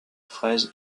fraises